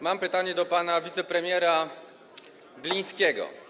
Mam pytanie do pana wicepremiera Glińskiego.